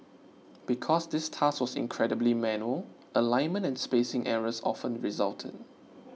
because this task was incredibly manual alignment and spacing errors often resulted